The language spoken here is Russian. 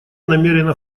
намерена